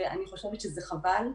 אני חושבת שחבל.